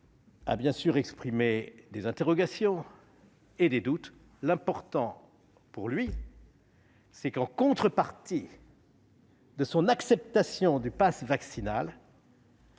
a bien sûr exprimé des interrogations et des doutes. Ce qui lui importe, c'est que, en contrepartie de son acceptation du passe vaccinal,